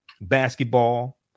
basketball